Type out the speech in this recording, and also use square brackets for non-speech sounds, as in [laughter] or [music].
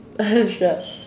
[laughs] sure